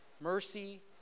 mercy